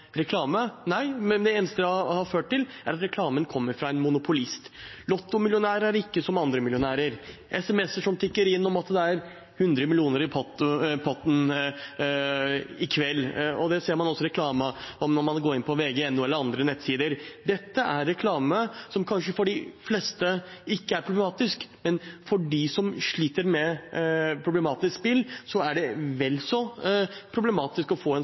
reklame. Det eneste det har ført til, er at reklamen kommer fra en monopolist. Lottomillionærer er ikke som andre millionærer, sms-er tikker inn om at det er 100 millioner i potten i kveld – og det ser man også reklame om når man går inn på vg.no eller andre nettsider. Dette er reklame som kanskje for de fleste ikke er problematisk, men for dem som sliter med problematisk spill, er det vel så problematisk å få